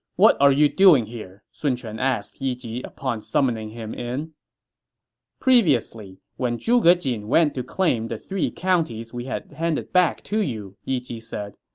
what are you doing here? sun quan asked yi ji upon summoning him in previously, when zhuge jin went to claim the three counties we had handed back to you, yi ji said,